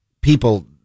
people